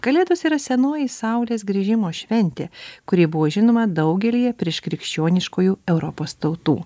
kalėdos yra senoji saulės grįžimo šventė kuri buvo žinoma daugelyje prieš krikščioniškųjų europos tautų